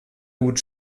gut